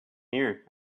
here